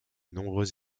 nombreux